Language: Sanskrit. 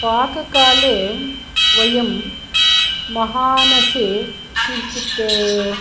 पाककाले वयं महानसे किञ्चित्